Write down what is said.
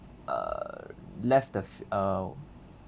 err left a f~ uh